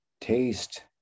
taste